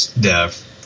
Death